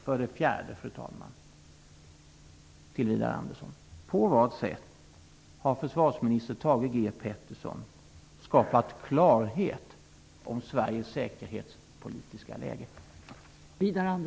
För det fjärde, fru talman, vill jag fråga Widar Andersson på vad sätt försvarsminister Thage G Peterson har skapat klarhet om Sveriges säkerhetspolitiska läge.